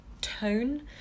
tone